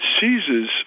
seizes